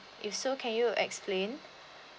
if so can you explain